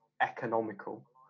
economical